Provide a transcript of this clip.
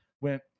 went